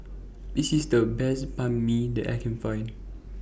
This IS The Best Banh MI that I Can Find